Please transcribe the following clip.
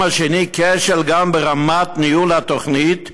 כשל ברמת ניהול התוכנית,